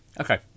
Okay